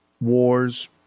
wars